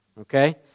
Okay